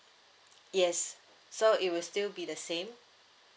yes so it will still be the same